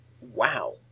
wow